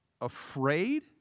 afraid